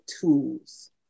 tools